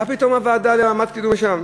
מה פתאום הוועדה לקידום מעמד האישה?